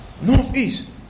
northeast